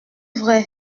vrai